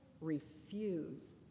refuse